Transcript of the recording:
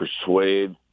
persuade